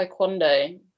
taekwondo